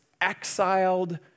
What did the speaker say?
exiled